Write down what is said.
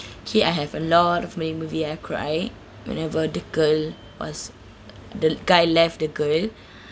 okay I have a lot of malay movie I cried whenever the girl was the guy left the girl